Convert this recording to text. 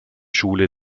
schule